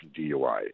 DUI